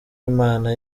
imana